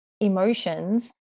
emotions